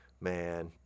man